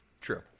true